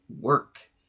work